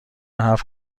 حرف